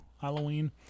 Halloween